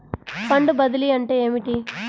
Fund బదిలీ అంటే ఏమిటి?